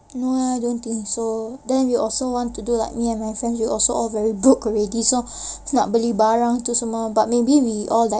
no eh I don't think so then we also want to do like me and my friends we also very broke already so nak beli barang tu semua but maybe we all like